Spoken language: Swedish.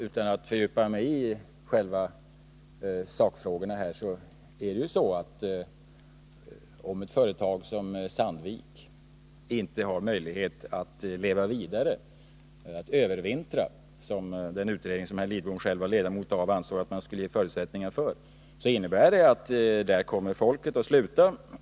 Utan att fördjupa mig i själva sakfrågorna kan jag säga att om ett företag som Sandvik inte har möjlighet att leva vidare i Sydafrika, att övervintra — som den utredning som herr Lidbom själv var ledamot av ansåg att man skulle ge förutsättningar för — innebär det att folk kommer att sluta.